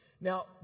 Now